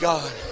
God